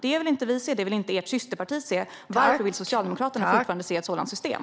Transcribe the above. Det vill inte vi se, och det vill inte ert systerparti se, Ylva Johansson. Varför vill Socialdemokraterna fortfarande se ett sådant system?